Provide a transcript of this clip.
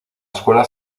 escuela